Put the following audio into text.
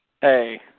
Hey